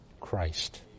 Christ